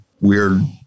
weird